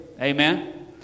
Amen